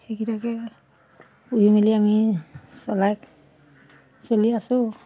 সেইকেইটাকে পুহি মেলি আমি চলাই চলি আছোঁ